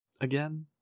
Again